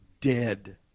dead